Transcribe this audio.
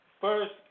first